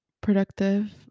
productive